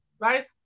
right